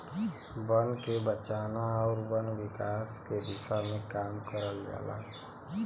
बन के बचाना आउर वन विकास के दिशा में काम करल जाला